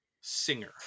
singer